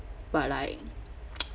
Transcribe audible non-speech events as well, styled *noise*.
but like *noise*